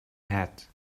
hat